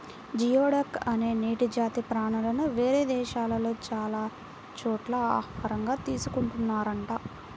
geoduck అనే నీటి జాతి ప్రాణులను వేరే దేశాల్లో చాలా చోట్ల ఆహారంగా తీసుకున్తున్నారంట